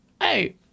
hey